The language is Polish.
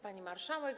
Pani Marszałek!